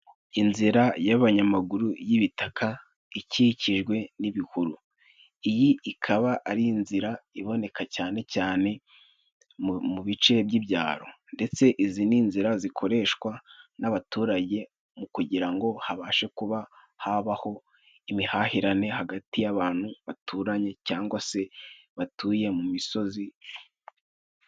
Inzira y'abanyamaguru y'ibitaka ikikijwe n'ibihuru. Iyi ikaba ari inzira iboneka cyane cyane mu bice by'ibyaro. Ndetse, izi ni inzira zikoreshwa n'abaturage kugira ngo habashe kuba habaho imihahiranire hagati y'abantu baturanye cyangwa se batuye mu misozi.